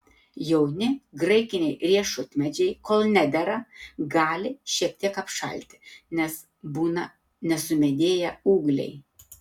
jauni graikiniai riešutmedžiai kol nedera gali šiek tiek apšalti nes būna nesumedėję ūgliai